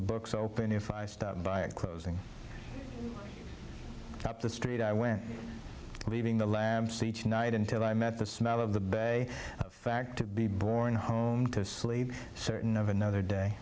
books open if i stopped by at closing up the street i went leaving the lamps each night until i met the smell of the bay fact to be borne home to sleep certain of another day